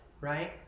right